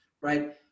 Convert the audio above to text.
Right